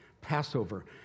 Passover